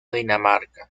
dinamarca